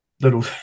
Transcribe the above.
little